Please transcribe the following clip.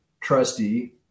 trustee